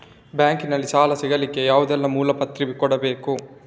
Bank ನಲ್ಲಿ ಸಾಲ ಸಿಗಲಿಕ್ಕೆ ಯಾವುದೆಲ್ಲ ಮೂಲ ಪ್ರತಿ ಕೊಡಬೇಕು?